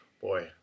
Boy